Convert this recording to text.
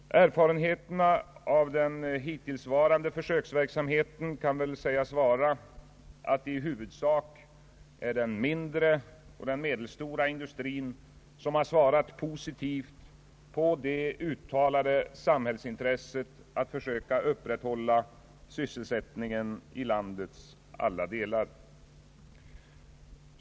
Erfarenheterna av den hittillsvarande försöksverksamheten kan väl sägas vara, att det i huvudsak är den mindre och medelstora industrin som har svarat positivt på det uttalade samhällsintresset att försöka upprätthålla sysselsättningen i landets alla delar.